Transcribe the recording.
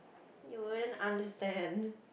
you won't understand